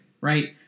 right